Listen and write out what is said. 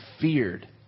feared